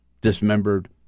dismembered